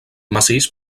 massís